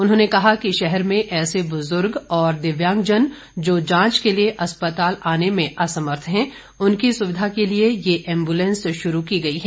उन्होंने कहा कि शहर में ऐसे बुजुर्ग और दिव्यांगजन जो जांच के लिए अस्पताल आने में असमर्थ है उनकी सुविधा के लिए ये एम्बुलेंस शुरू की गई है